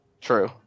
True